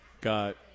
got